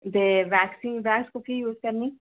ते waxing wax कोकी use करनी